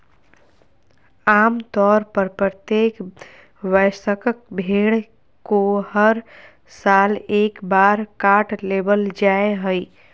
आम तौर पर प्रत्येक वयस्क भेड़ को हर साल एक बार काट लेबल जा हइ